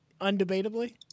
undebatably